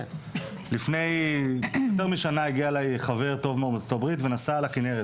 לפני יותר משנה הגיע אליי חבר טוב מארה"ב ונסע לכנרת